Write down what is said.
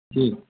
ہوں